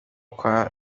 kwa